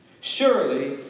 surely